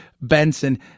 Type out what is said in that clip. Benson